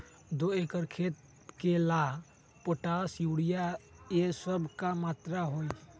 दो एकर खेत के ला पोटाश, यूरिया ये सब का मात्रा होई?